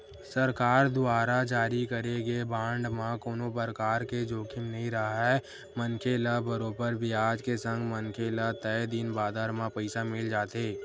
सरकार दुवार जारी करे गे बांड म कोनो परकार के जोखिम नइ राहय मनखे ल बरोबर बियाज के संग मनखे ल तय दिन बादर म पइसा मिल जाथे